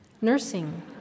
Nursing